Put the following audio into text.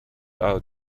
out